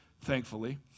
thankfully